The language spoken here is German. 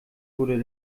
wurde